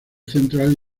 central